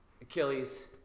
Achilles